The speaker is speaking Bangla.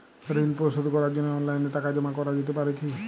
ঋন পরিশোধ করার জন্য অনলাইন টাকা জমা করা যেতে পারে কি?